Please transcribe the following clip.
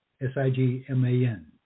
S-I-G-M-A-N